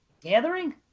Gathering